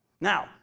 Now